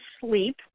sleep